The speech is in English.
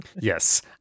Yes